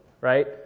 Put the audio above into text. right